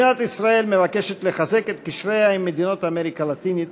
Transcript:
מדינת ישראל מבקשת לחזק את קשריה עם מדינות אמריקה הלטינית.